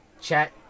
Chat